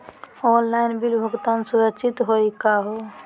Online bill भुगतान सुरक्षित हई का हो?